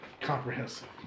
comprehensive